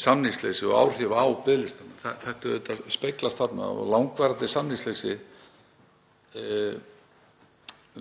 samningsleysi og áhrif á biðlistana. Þetta speglast þarna og langvarandi samningsleysi